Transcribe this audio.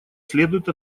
следует